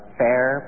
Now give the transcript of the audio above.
fair